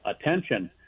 attention